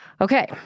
Okay